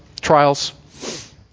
Trials